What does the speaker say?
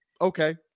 Okay